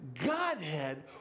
Godhead